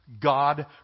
God